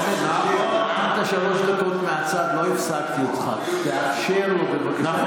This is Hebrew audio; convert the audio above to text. מה זה מישהו?